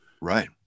Right